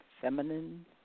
feminine